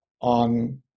on